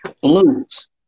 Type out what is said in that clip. blues